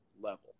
level